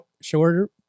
shorter